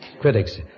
critics